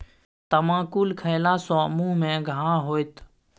तमाकुल खेला सँ मुँह मे घाह होएत